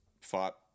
fought